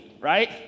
right